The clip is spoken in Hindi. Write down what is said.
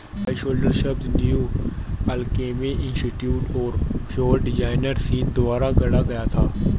बायोशेल्टर शब्द न्यू अल्केमी इंस्टीट्यूट और सौर डिजाइनर सीन द्वारा गढ़ा गया था